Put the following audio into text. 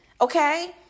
Okay